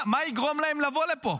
מה יגרום להם לבוא לפה?